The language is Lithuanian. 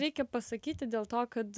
reikia pasakyti dėl to kad